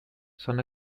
son